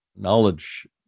knowledge